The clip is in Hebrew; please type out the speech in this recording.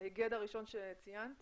ההיגד הראשון שציינת